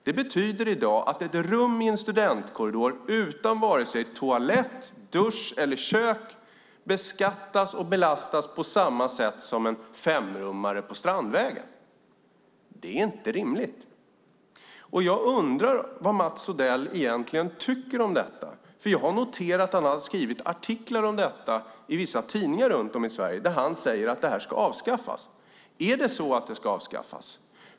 Det betyder i dag att ett rum i en studentkorridor utan vare sig toalett, dusch eller kök beskattas och belastas på samma sätt som en femrummare på Strandvägen. Det är inte rimligt. Jag undrar vad Mats Odell egentligen tycker om detta. Jag har noterat att han har skrivit artiklar i vissa tidningar runt om i Sverige där han säger att det ska avskaffas. Ska det avskaffas?